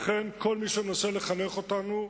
לכן, כל מי שמנסה לחנך אותנו,